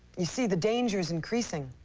u see, the danger's increasing.